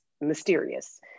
mysterious